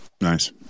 Nice